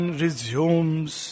resumes